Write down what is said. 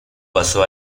paso